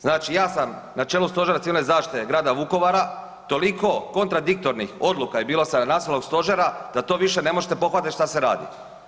Znači ja sam na čelu Stožera civilne zaštite Grada Vukovara, toliko kontradiktornih odluka je bilo sa nacionalnog stožera da to više ne možete pohvatati šta se radi.